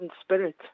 spirit